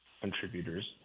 contributors